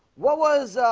what was?